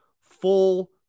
full